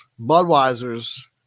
Budweiser's